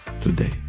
today